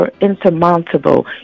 insurmountable